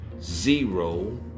zero